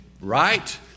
right